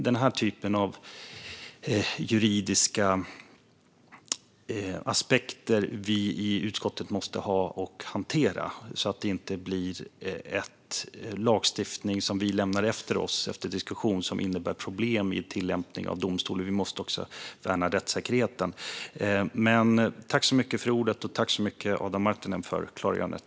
Denna typ av juridiska aspekter måste vi hantera i utskottet så att vi inte efter diskussion lämnar efter oss lagstiftning som innebär tillämpningsproblem i domstol. Vi måste också värna rättssäkerheten. Tack, Adam Marttinen, för klargörandet!